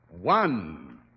One